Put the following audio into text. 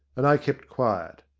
and i kept quiet.